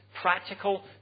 practical